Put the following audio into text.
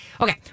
okay